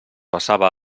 besava